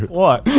what?